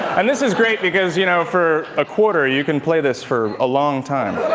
and this is great because, you know, for a quarter, you can play this for a long time.